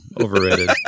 Overrated